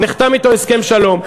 ונחתם אתו הסכם שלום.